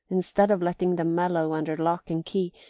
instead of letting them mellow under lock and key,